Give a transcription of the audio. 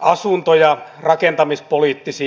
asunto ja rakentamispoliittisiin